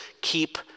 keep